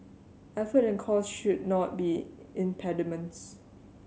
effort and cost should not be impediments